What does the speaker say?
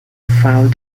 found